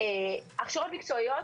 הכשרות מקצועיות,